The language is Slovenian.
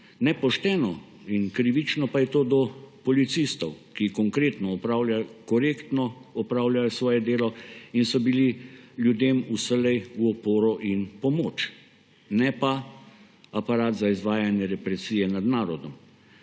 Nepošteno in krivično pa je to do policistov, ki korektno opravljajo svoje delo in so bili ljudem vselej v oporo in pomoč, ne pa aparat za izvajanje represije nad narodom.